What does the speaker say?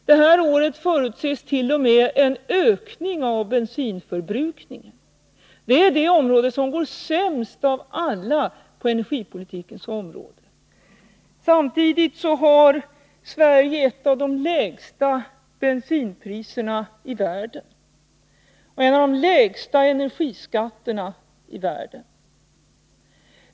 I år förutses t.o.m. en ökning av bensinförbrukningen. Den utgör det område inom energipolitiken där hushållningen går sämst. Samtidigt har Sverige ett av de lägsta bensinpriserna och en av de lägsta energiskatterna i världen.